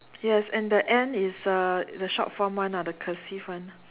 yes and the and is a the short form one ah the cursive one